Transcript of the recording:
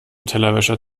tellerwäscher